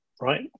right